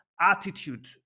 attitude